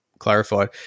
Clarified